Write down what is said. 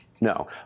No